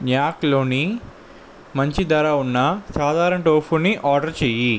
న్యాక్ లోని మంచి ధర ఉన్న సాధారణ టోఫుని ఆర్డర్ చెయ్యి